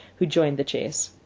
who joined the chase.